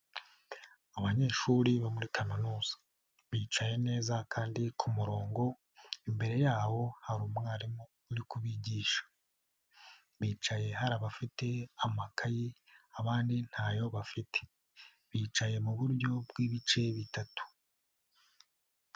Abanyeshuri bo muri kaminuza bicaye neza kandi ku murongo imbere yabo hari umwarimu uri kubigisha, bicaye hari abafite amakaye abandi ntayo bafite, bicaye mu buryo bw'ibice bitatu.